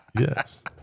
Yes